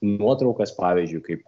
nuotraukas pavyzdžiui kaip